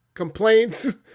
complaints